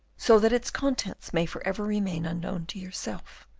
so that its contents may for ever remain unknown to yourself.